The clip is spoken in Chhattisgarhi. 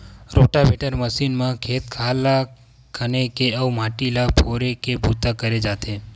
रोटावेटर मसीन म खेत खार ल खने के अउ माटी ल फोरे के बूता करे जाथे